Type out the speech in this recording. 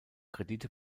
kredite